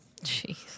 Jeez